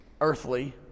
earthly